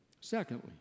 Secondly